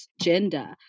gender